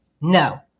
No